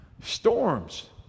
storms